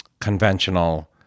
conventional